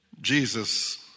Jesus